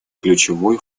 ключевой